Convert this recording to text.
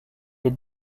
les